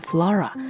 Flora